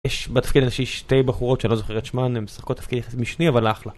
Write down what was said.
יש בתפקיד הנשי שתי בחורות שאני לא זוכר את שמן, הם משחקות תפקיד משני אבל אחלה